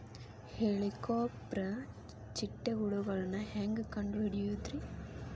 ಹೇಳಿಕೋವಪ್ರ ಚಿಟ್ಟೆ ಹುಳುಗಳನ್ನು ಹೆಂಗ್ ಕಂಡು ಹಿಡಿಯುದುರಿ?